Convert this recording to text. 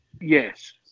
Yes